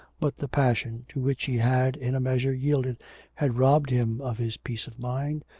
but the passion to which he had in a measure yielded had robbed him of his peace of mind,